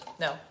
No